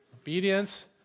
Obedience